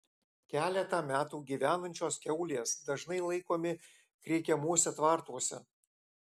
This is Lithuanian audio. keletą metų gyvenančios kiaulės dažnai laikomi kreikiamuose tvartuose